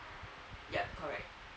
yeap correct